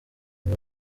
aba